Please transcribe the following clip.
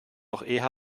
jetzt